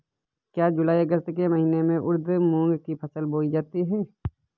क्या जूलाई अगस्त के महीने में उर्द मूंग की फसल बोई जाती है?